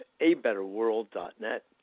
abetterworld.net